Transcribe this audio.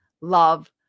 love